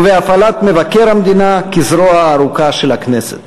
ובהפעלת מבקר המדינה כזרוע הארוכה של הכנסת.